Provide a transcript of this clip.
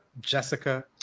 jessica